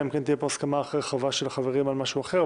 אלא אם כן תהיה פה הסכמה רחבה של החברים על משהו אחר.